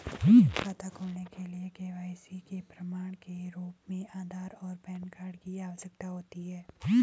बचत खाता खोलने के लिए के.वाई.सी के प्रमाण के रूप में आधार और पैन कार्ड की आवश्यकता होती है